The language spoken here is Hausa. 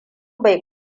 bai